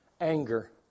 Anger